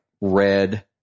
red